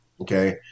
okay